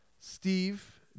Steve